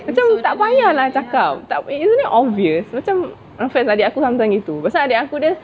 macam tak payah cakap isn't it obvious macam adik aku sometimes gitu pasal adik aku dia